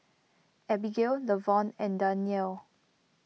Abbigail Levon and Danyelle